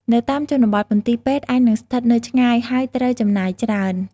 នៅតាមជនបទ មន្ទីរពេទ្យអាចនឹងស្ថិតនៅឆ្ងាយ ហើយត្រូវចំណាយច្រើន។